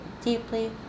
Deeply